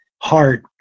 heart